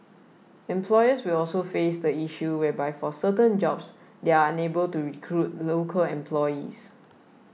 employers will also face the issue whereby for certain jobs they are unable to recruit local employees